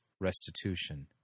restitution